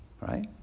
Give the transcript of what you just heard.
right